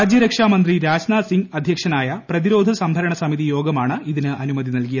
രാജ്യരക്ഷാ മന്ത്രി രാജ്നാഥ് സിംഗ് അധ്യക്ഷനായ പ്രതിരോധ സംഭരണ സമിതി യോഗമാണ് ഇതിന് അനുമതി നൽകിയത്